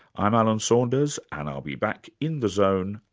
i'm alan saunders and i'll be back in the zone,